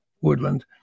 woodland